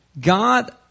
God